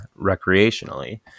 recreationally